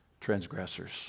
transgressors